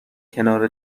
کنار